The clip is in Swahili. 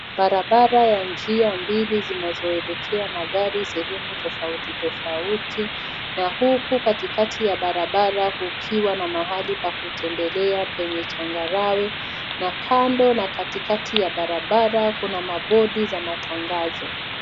Barabara ya njia mbili zinazoelekea magari sehemu tofautitofauti na huku katikati ya barabara kukiwa na mahali pa kutembelea penye changarawe na kando na katikati ya barabara kuna mabodi za matangazo.